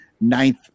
ninth